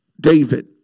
David